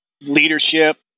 leadership